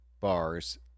bars